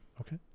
Okay